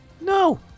No